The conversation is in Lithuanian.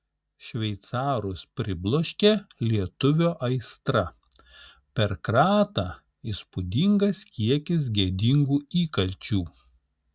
šveicarus pribloškė lietuvio aistra per kratą įspūdingas kiekis gėdingų įkalčių